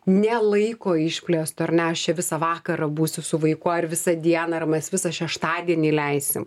ne laiko išplėsto ar ne aš čia visą vakarą būsiu su vaiku ar visą dieną ar mes visą šeštadienį leisim